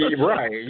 Right